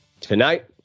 Tonight